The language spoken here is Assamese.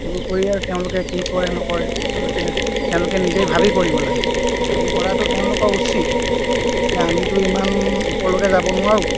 সেইবোৰ কৰি আৰু তেওঁলোকে কি কৰে নকৰে আৰু তে তেওঁলোকে নিজেই ভাবি কৰিব লাগে ভাবি কৰাতো তেওঁলোকৰ উচিত এতিয়া আমিতো ইমান ওপৰলৈকে যাব নোৱাৰোঁ